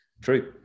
true